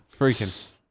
Freaking